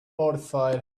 mortified